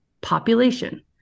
population